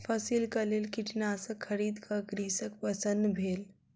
फसिलक लेल कीटनाशक खरीद क कृषक प्रसन्न भेल